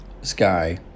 Sky